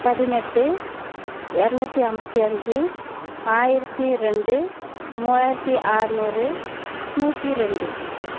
பதினெட்டு இரநூத்தி ஐம்பத்தி அஞ்சு ஆயிரத்தி ரெண்டு மூவாயிரத்தி ஆறுநூறு நூற்றி ரெண்டு